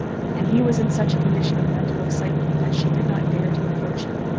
and he was in such a condition of mental excitement that she did not dare to approach him.